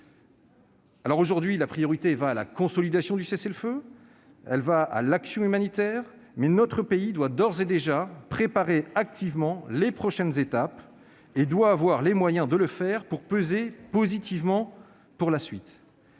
Aujourd'hui, la priorité va à la consolidation du cessez-le-feu et à l'action humanitaire. Mais notre pays doit d'ores et déjà préparer activement les prochaines étapes, et il doit avoir les moyens de le faire pour peser positivement sur la suite.